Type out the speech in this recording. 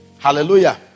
Hallelujah